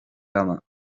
cama